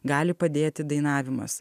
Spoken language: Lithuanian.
gali padėti dainavimas